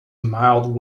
mild